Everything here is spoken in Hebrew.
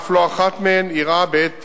ואף לא אחת מהן אירעה בעת טיסה,